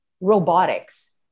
robotics